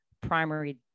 primary